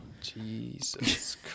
Jesus